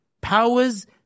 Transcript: powers